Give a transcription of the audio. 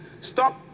stop